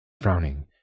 Frowning